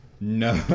No